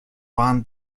waren